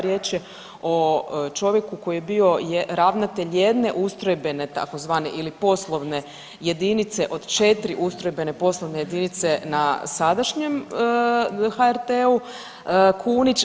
Riječ je o čovjeku koji je bio ravnatelj jedne ustrojbene tzv. ili poslovne jedinice od 4 ustrojbene poslovne jedinice na sadašnjem HRT-u Kunić.